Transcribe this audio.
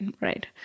right